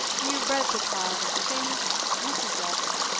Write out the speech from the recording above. you've read the trial of the famous mrs. waldron,